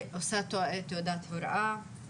עושה תעודת הוראה,